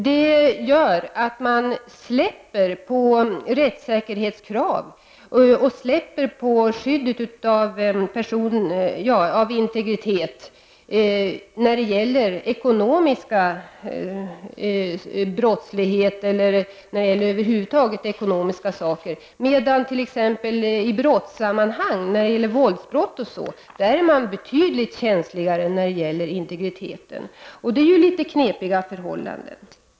Därigenom släpper man rättssäkerhetskravet och kravet på skydd av integriteten när det gäller ekonomisk brottslighet och ekonomiska angelägenheter, medan man om det t.ex. rör sig om våldsbrott är betydligt känsligare när det gäller integriteten. Det är ju litet knepigt.